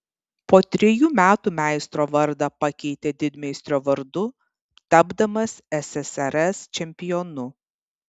po trejų metų meistro vardą pakeitė didmeistrio vardu tapdamas ssrs čempionu